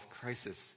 crisis